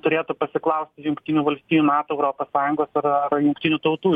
turėtų pasiklausti jungtinių valstijų nato europos sąjungos ar ar jungtinių tautų